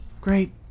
Great